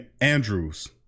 Andrews